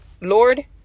Lord